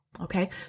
Okay